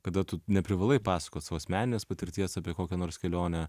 kada tu neprivalai pasakot savo asmeninės patirties apie kokią nors kelionę